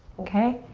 okay?